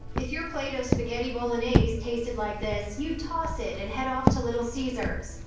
if your plate of spaghetti bolognese tasted like this, you'd toss it and head off to little caesars.